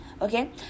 Okay